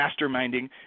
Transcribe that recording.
masterminding